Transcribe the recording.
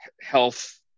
health